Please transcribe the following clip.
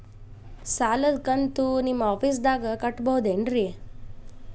ಸಾಲದ ಕಂತು ನಿಮ್ಮ ಆಫೇಸ್ದಾಗ ಕಟ್ಟಬಹುದೇನ್ರಿ?